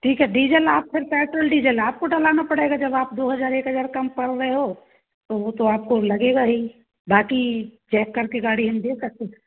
ठीक है डीजल आप फिर पेट्रोल डीजल आपको डलाना पड़ेगा जब आप दो हज़ार एक हज़ार कम पड़ रहे हो तो वो तो आपको लगेगा ही बाकी चेक करके गाड़ी हम दे सकते